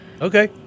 Okay